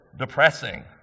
depressing